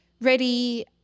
ready